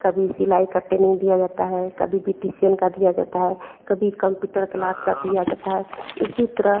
कभी सिलाई का ट्रेनिंग दिया जाता है कभी बिटिसियन का दिया जाता है कभी कम्प्यूटर क्लास का दिया जाता है इसी तरह